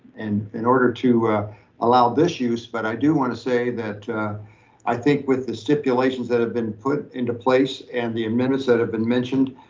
and in order to allow this use, but i do wanna say that i think with the stipulations that have been put into place and the amendments that have been mentioned,